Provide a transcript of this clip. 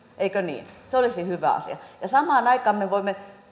eikö niin se olisi hyvä asia ja samaan aikaan me voimme